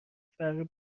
فرقی